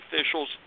officials